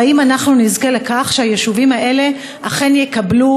והאם אנחנו נזכה לכך שהיישובים האלה אכן יקבלו